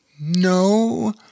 No